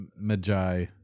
Magi